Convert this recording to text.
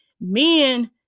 Men